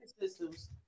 systems